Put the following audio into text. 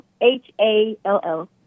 H-A-L-L